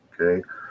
okay